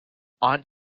aunt